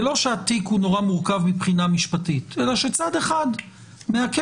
זה לא שהתיק הוא נורא מורכב מבחינה משפטית אלא שצד אחד מעכב,